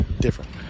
different